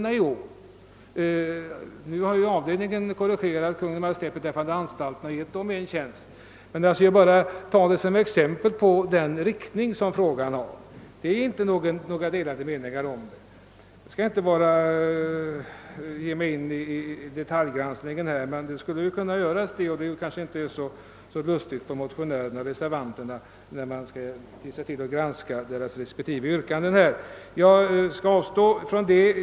Statsutskottets tredje avdelning har visserligen korrigerat Kungl. Maj:t genom att föreslå att även anstalterna skall få en ny tjänst, men den allmänna inriktning som förekommer i denna fråga visar att det inte råder några delade meningar om frivårdens betydelse. Jag skall inte gå in på någon detaljgranskning i detta ärende, men jag vill säga att det inte skulle vara så trevligt för motionärerna och reservanterna om man närmare skulle granska deras respektive yrkanden.